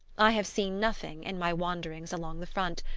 i have seen nothing, in my wanderings along the front,